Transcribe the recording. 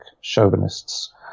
chauvinists